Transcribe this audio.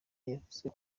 yavuze